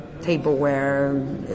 tableware